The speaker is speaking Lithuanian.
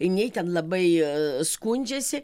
nei ten labai aa skundžiasi